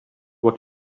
what